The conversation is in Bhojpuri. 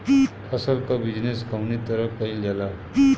फसल क बिजनेस कउने तरह कईल जाला?